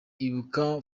ibuka